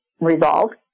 resolved